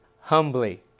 humbly